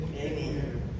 amen